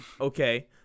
okay